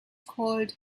called